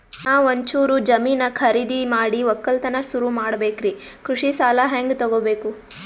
ನಾ ಒಂಚೂರು ಜಮೀನ ಖರೀದಿದ ಮಾಡಿ ಒಕ್ಕಲತನ ಸುರು ಮಾಡ ಬೇಕ್ರಿ, ಕೃಷಿ ಸಾಲ ಹಂಗ ತೊಗೊಬೇಕು?